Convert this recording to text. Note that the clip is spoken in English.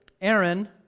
Aaron